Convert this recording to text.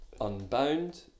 Unbound